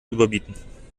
überbieten